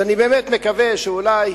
אני באמת מקווה שאולי